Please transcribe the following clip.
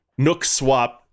NookSwap